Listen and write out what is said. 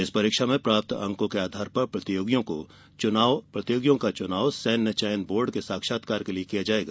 इस परीक्षा में प्राप्त अंकों के आधार पर प्रतियोगियों का चुनाव सैन्य चयन बोर्ड के साक्षात्कार के लिए किया जाएगा